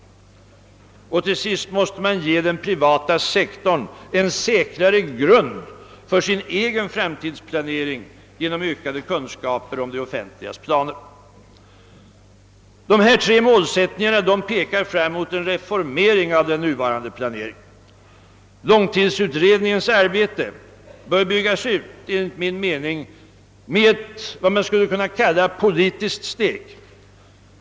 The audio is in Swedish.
För det tredje slutligen måste man ge den privata sektorn en säkrare grund för dess egen framtidsplanering genom ökade kunskaper om det offentligas planer. Dessa tre målsättningar pekar fram mot en reformering av den nuvarande planeringen. Långtidsutredningens arbete bör byggas ut, enligt min mening med vad man skulle kunna kalla ett politiskt steg.